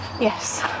Yes